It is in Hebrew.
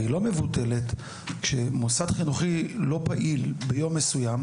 והיא לא מבוטלת שמוסד חינוכי לא פעיל ביום מסוים,